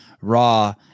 raw